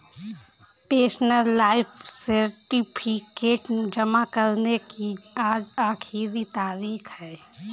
pensioner life certificate जमा करने की आज आखिरी तारीख है